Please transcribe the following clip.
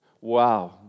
Wow